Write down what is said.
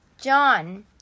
John